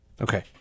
Okay